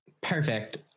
Perfect